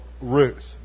Ruth